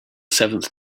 seventh